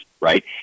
right